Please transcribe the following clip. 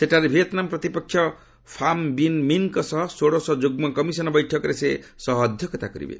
ସେଠାରେ ଭିଏତନାମ ପ୍ରତିପକ୍ଷ Pham Binh ମିନ୍ଙ୍କ ସହ ଷୋଡ଼ଶ ଯୁଗୁ କମିଶନ୍ ବୈଠକରେ ସହ ଅଧ୍ୟକ୍ଷତା କରିବେ